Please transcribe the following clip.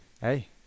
Hey